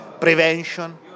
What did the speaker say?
prevention